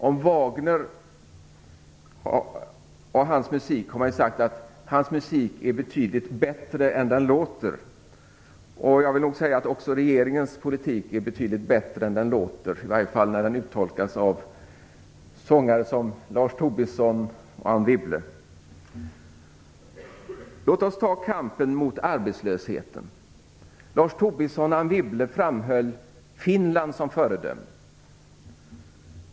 Om Wagners musik har det ju sagts att den är betydligt bättre än den låter. Jag vill nog säga att också regeringens politik är betydligt bättre än den låter, i varje fall när den uttolkas av sångare som Lars Låt oss ta kampen mot arbetslösheten. Lars Tobisson och Anne Wibble framhöll Finland som ett föredöme.